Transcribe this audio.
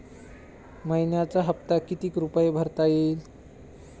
मइन्याचा हप्ता कितीक रुपये भरता येईल?